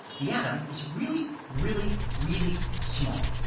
the atom is really, really, really small.